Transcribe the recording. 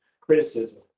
criticism